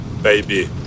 baby